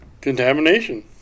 Contamination